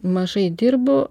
mažai dirbu